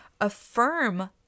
Affirm